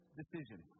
decision